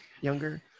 younger